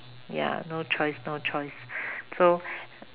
ya no choice no choice so